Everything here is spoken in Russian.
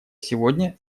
сегодня